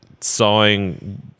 sawing